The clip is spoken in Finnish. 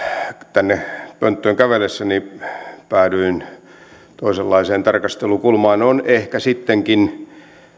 tänne pönttöön kävellessäni päädyin toisenlaiseen tarkastelukulmaan on ehkä sittenkin